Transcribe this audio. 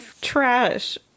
trash